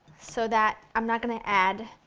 so that i'm not gonna add